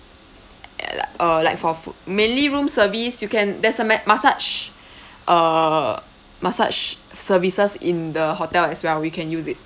at like uh like for foo~ mainly room service you can there's a ma~ massage uh massage services in the hotel as well we can use it